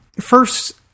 first